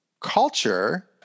culture